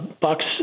Bucks